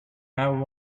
have